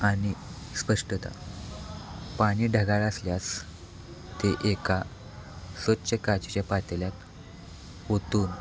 आणि स्पष्टता पाणी ढगाळ असल्यास ते एका स्वच्छ काचेच्या पातेल्यात ओतून